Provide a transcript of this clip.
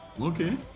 okay